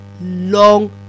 long